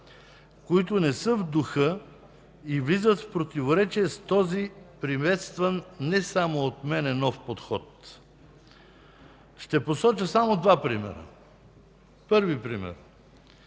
които не са в духа и влизат в противоречие с този приветстван, не само от мен, нов подход. Ще посоча само два примера. Първи пример.